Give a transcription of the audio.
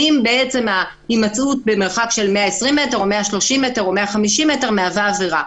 האם ההימצאות במרחק של 120 או 130 מטרה מהווה עברה,